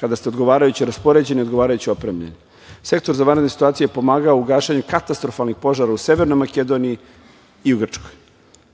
kada ste odgovarajuće raspoređeni, odgovarajuće opremljeni. Sektor za vanredne situacije je pomagao u gašenju katastrofalnih požara u Severnoj Makedoniji i u Grčkoj.